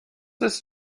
ist